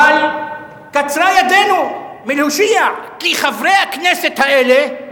אבל קצרה ידנו מלהושיע, כי חברי הכנסת האלה,